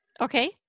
Okay